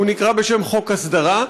והוא נקרא בשם חוק הסדרה,